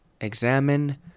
examine